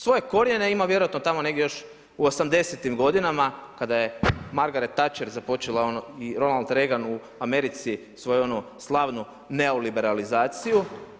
Svoje korijene ima vjerojatno tamo negdje još u osamdesetim godinama kada je Margaret Tacher započela i Ronald Regan u Americi svoju onu slavnu neoliberalizaciju.